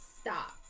stop